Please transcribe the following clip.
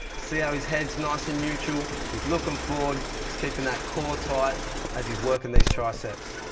see how his head's nice and neutral? he's looking forward, he's keeping that core tight as he's working these triceps.